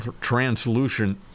translucent